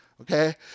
Okay